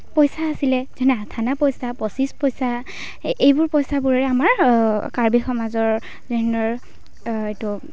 পইচা আছিলে যেনে আঠ অনা পইচা পঁচিছ পইচা এইবোৰ পইচাবোৰেৰে আমাৰ কাৰ্বি সমাজৰ যেনে ধৰণৰ এইটো